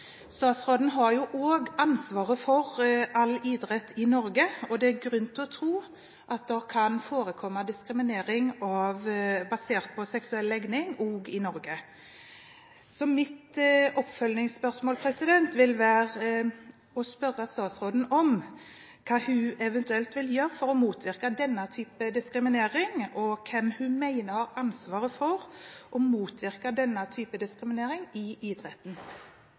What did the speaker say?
Statsråden har jo også ansvaret for all idrett i Norge, og det er grunn til å tro at det kan forekomme diskriminering basert på seksuell legning også i Norge. Så mitt oppfølgingsspørsmål vil være å spørre statsråden om hva hun eventuelt vil gjøre for å motvirke denne type diskriminering, og hvem hun mener har ansvaret for å motvirke denne type diskriminering i idretten.